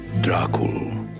Dracula